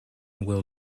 will